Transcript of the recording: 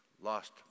lost